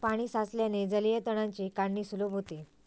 पाणी साचल्याने जलीय तणांची काढणी सुलभ होते